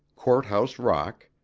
court-house rock,